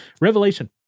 Revelation